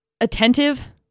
attentive